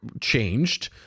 changed